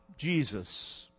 Jesus